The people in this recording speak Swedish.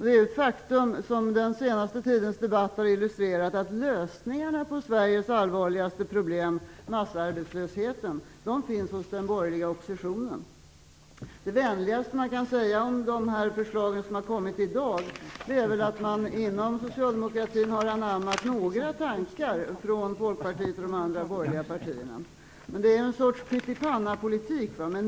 Det är ett faktum som den senaste tidens debatt har illustrerat att lösningarna på Sveriges allvarligaste problem, massarbetslösheten, finns hos den borgerliga oppositionen. Det vänligaste som kan sägas om de förslag som har kommit i dag är väl att man inom socialdemokratin har anamat några tankar från Folkpartiet och de andra borgerliga partierna. Men det är en sorts pyttipannapolitik.